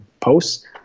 posts